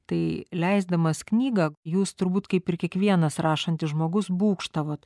tai leisdamas knygą jūs turbūt kaip ir kiekvienas rašantis žmogus būgštavot